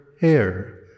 hair